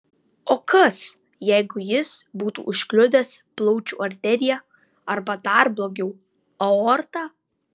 o kas jeigu jis būtų užkliudęs plaučių arteriją arba dar blogiau aortą